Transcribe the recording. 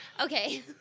Okay